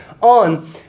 on